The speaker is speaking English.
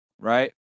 right